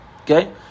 Okay